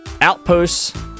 Outposts